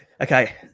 Okay